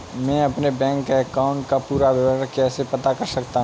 मैं अपने bank account का पूरा विवरण कैसे पता कर सकता हूँ?